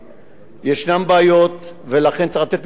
יש בעיות ולכן צריך לתת גם את הפתרונות.